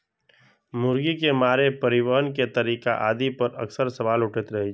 मुर्गी के मारै, परिवहन के तरीका आदि पर अक्सर सवाल उठैत रहै छै